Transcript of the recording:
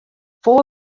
fou